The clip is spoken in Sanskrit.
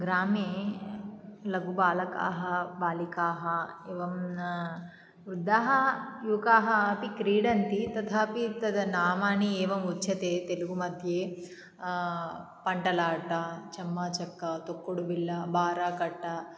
ग्रामे लघु बालकाः बालिकाः एवं वृद्धाः युवकाः अपि क्रीडन्ति तथापि तद् नामानि एवम् उच्यते तेलगुमध्ये पण्टलाटा चम्मा चक्कु तुक्कुड्बिल्ला बाराकट्टा